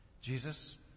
Jesus